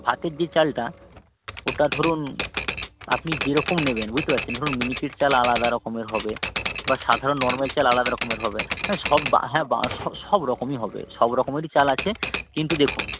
ভাতের যে চালটা ওটা ধরুন আপনি যেরকম নেবেন বুঝতে পারছেন ধরুন মিনিকেট চাল আলাদা রকমের হবে বা সাধারণ নরম্যাল চাল আলাদা রকমের হবে হ্যাঁ সব বা হ্যাঁ বা সব রকমই হবে সব রকমেরই চাল আছে কিন্তু দেখুন